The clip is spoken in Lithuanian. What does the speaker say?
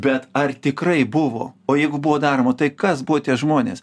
bet ar tikrai buvo o jeigu buvo daroma tai kas buvo tie žmonės